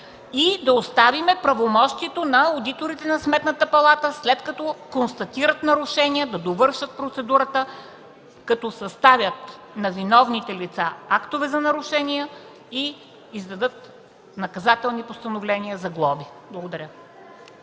и да оставим правомощието на одиторите на Сметната палата, след като констатират нарушения, да довършат процедурата, като съставят на виновните лица актове за нарушения и издадат наказателни постановления за глоби. Благодаря.